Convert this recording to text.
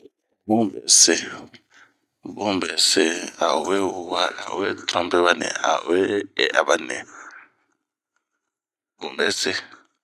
Bun bɛ see bun bɛse ehh ao we wa, ao we tɔrɔmpe ba ni, ao we e'a bani.